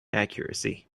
accuracy